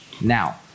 now